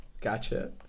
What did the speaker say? gotcha